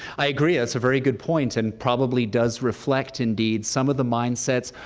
i agree. that's a very good point and probably does reflect, indeed, some of the mindsets,